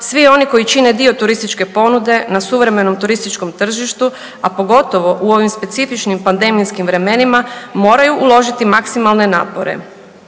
svi oni koji čine dio turističke ponude na suvremenom turističkom tržištu, a pogotovo u ovim specifičnim pandemijskim vremenima moraju uložiti maksimalne napore,